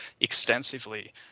extensively